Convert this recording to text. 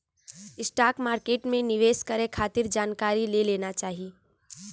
stock market में निवेश करे खातिर जानकारी ले लेना चाही